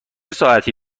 ساعتی